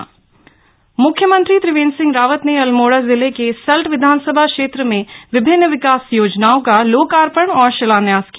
लोकार्पण शिलान्यास म्ख्यमंत्री त्रिवेन्द्र सिंह रावत ने अल्मोड़ा जिले के सल्ट विधानसभा क्षेत्र में विभिन्न विकास योजनाओं का लोकार्पण और शिलान्यास किया